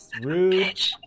rude